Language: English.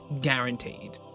guaranteed